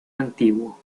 antiguo